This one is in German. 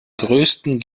größten